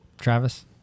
Travis